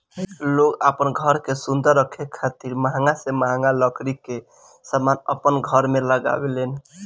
लोग आपन घर के सुंदर रखे खातिर महंगा से महंगा लकड़ी के समान अपन घर में लगावे लेन